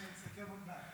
אסכם עוד מעט.